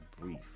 brief